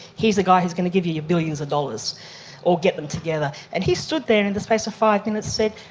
he's the guy who's going to give you you billions of dollars or get them together. and he stood there and in the space of five minutes said,